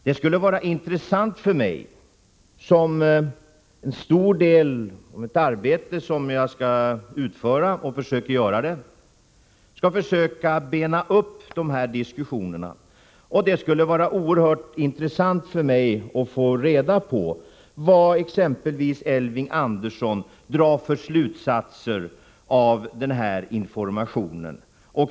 Det skulle vara intressant för mig, som till stor del i mitt arbete skall försöka bena upp dessa diskussioner, att få veta vad exempelvis Elving Andersson drar för slutsatser av denna information.